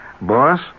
Boss